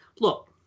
Look